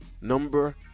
number